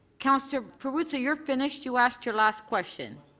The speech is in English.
councillor perruzza, you're finished you asked your last question.